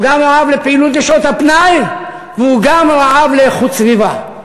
הוא גם רעב לפעילות לשעות הפנאי והוא גם רעב לאיכות סביבה.